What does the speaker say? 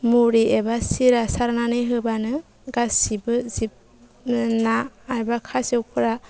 मुरि एबा सिरा सारनानै होबानो गासिबो जिब ना एबा खासेवफोरा